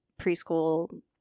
preschool